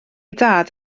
dad